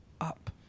up